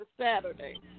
Saturday